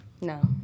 No